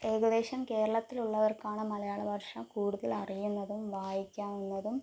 ഏകദേശം കേരളത്തിലുള്ളവർക്കാണ് മലയാള ഭാഷ കൂടുതൽ അറിയുന്നതും വായിക്കാവുന്നതും